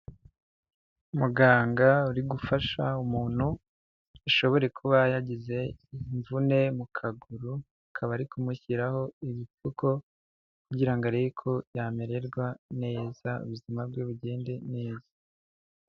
Muganga uri gufasha umuntu ashobore kuba yagize imvune mu kaguru akaba ari kumushyiraho ibipfuko kugira ngo arebe ko yamererwa neza ubuzima bwe bugende neza.